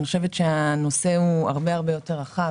אני חושבת שהנושא הרבה יותר רחב.